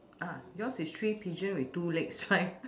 uh yours is three pigeon with two legs right